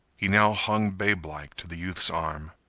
he now hung babelike to the youth's arm.